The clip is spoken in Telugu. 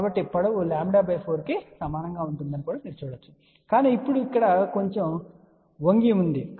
కాబట్టి పొడవు λ4 కి సమానంగా ఉంటుందని మీరు చూడవచ్చు కానీ ఇప్పుడు ఇక్కడ కొంచెం వంగి ఉంది